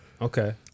Okay